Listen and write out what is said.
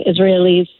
Israelis